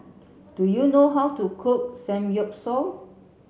do you know how to cook Samgyeopsal